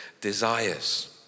desires